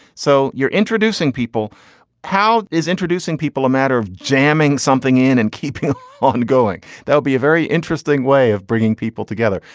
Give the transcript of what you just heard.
so you're introducing people how is introducing people a matter of jamming something in and keeping on going? there'll be a very interesting way of bringing people together.